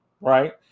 right